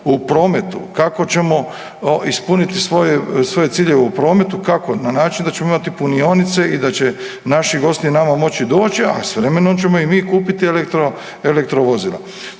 u prometu, kako ćemo ispuniti svoje ciljeve u prometu, kako, na način da ćemo imati punioce i da će naši gosti nama moći doći, a s vremenom ćemo i mi kupiti elektrovozila.